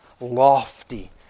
lofty